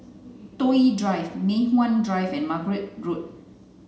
Toh Yi Drive Mei Hwan Drive and Margate Road